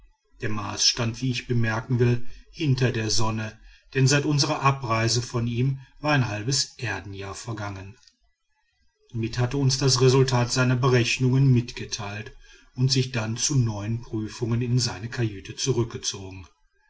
der mars stand wie ich bemerken will hinter der sonne denn seit unsrer abreise von ihm war ein halbes erdenjahr vergangen mitt hatte uns das resultat seiner berechnungen mitgeteilt und sich dann zu neuen prüfungen in seine kajüte zurückgezogen